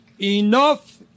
enough